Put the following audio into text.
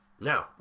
Now